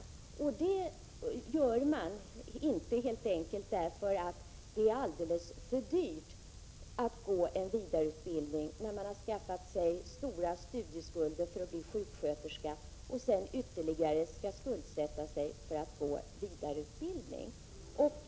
Att man inte gör det beror helt enkelt på att det är alldeles för dyrt att genomgå en vidareutbildning och ytterligare skuldsätta sig efter det att man skaffat sig stora studieskulder för att bli sjuksköterska.